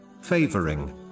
favoring